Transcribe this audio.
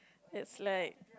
it's like